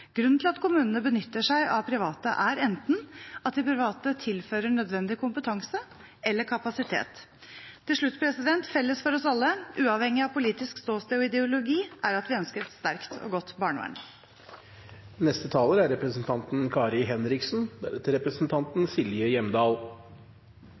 Grunnen til at kommunene benytter seg av private, er at de private tilfører enten en nødvendig kompetanse eller kapasitet. Til slutt: Felles for oss alle – uavhengig av politisk ståsted og ideologi – er at vi ønsker et sterkt og godt